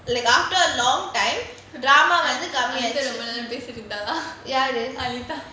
like after a long time drama வந்து கம்மியாச்சு:vanthu kammiyaachu anitha ரொம்ப நேரம் பேசித்திருந்தால யாரு:romba neram pesitrunthathala yaaru anitha